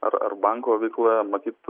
ar ar banko veikloje matyt